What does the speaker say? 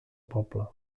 poble